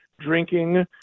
drinking